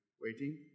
Waiting